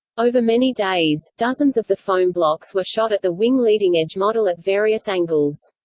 over many days, dozens of the foam blocks were shot at the wing leading edge model at various angles.